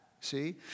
see